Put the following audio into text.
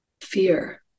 fear